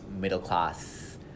middle-class